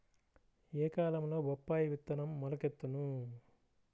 ఏ కాలంలో బొప్పాయి విత్తనం మొలకెత్తును?